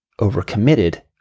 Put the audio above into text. overcommitted